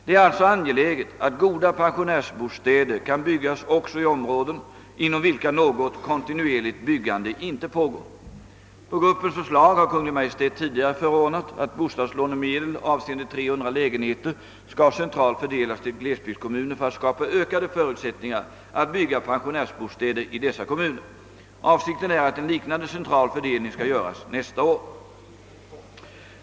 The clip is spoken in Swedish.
Det är alltså angeläget att goda pensionärsbostäder kan byggas också i områden inom vilka något kontinuerligt byggande inte pågår. På gruppens förslag har Kungl. Maj:t tidigare förordnat att bostadslånemedel avseende 300 lägenheter skall centralt fördelas till glesbygdskommuner för att skapa ökade förutsättningar att bygga pensionärsbostäder i dessa kommuner. Avsikten är att en liknande central fördelning skall göras nästa år.